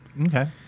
Okay